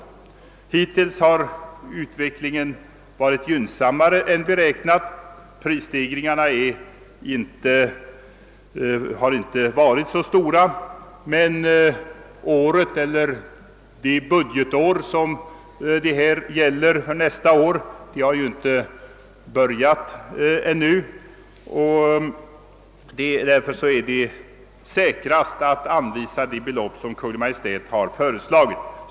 Utvecklingen hittills har varit något gynnsammare än beräknat; prisstegringarna har inte varit så stora. Men det budgetår som detta anslag avser har ännu inte börjat, och det är därför säkrast att anvisa det belopp som Kungl. Maj:t föreslagit.